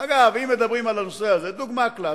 אגב, אם מדברים על הנושא הזה, דוגמה קלאסית: